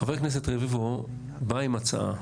חבר הכנסת רביבו בא עם הצעה,